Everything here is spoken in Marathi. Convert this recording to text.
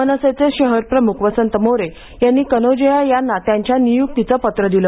मनसेचे शहरप्रमुख वसंत मोरे यांनी कनोजिया यांना त्यांच्या नियुक्तीचं पत्र दिले